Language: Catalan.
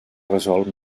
resolt